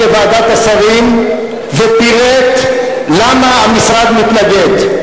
לוועדת השרים ופירט למה המשרד מתנגד.